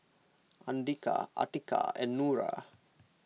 andika Atiqah and Nura